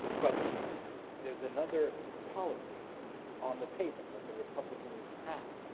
but there's another policy on the table that the republicans have.